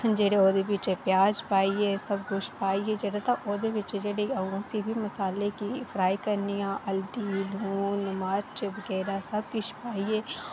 जेह्ड़ा ओह्दे बिच प्याज पाइयै सब कुछ पाइयै जेह्ड़े तां ओह्दे बिच उसी मसाले गी फ्राई करनी आं मर्च बगैरा सब कुछ पाइयै